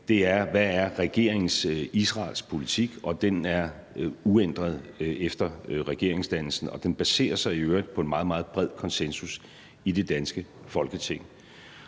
i forhold til regeringens Israelpolitik er, at den er uændret efter regeringsdannelsen, og den baserer sig i øvrigt på en meget, meget bred konsensus i det danske Folketing.